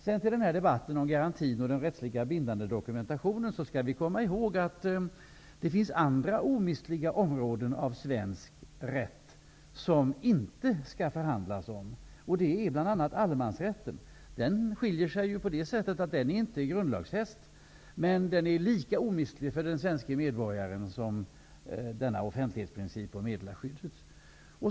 Sedan till debatten om en garanti och rättsligt bindande dokumentation. Vi skall komma ihåg att det finns andra omistliga områden av svensk rätt som det inte skall förhandlas om, bl.a. allemansrätten. Den skiljer sig från andra på det sättet att den inte är grundlagsfäst, men den är lika omistlig för den svenska medborgaren som offentlighetsprincipen och meddelarskyddet.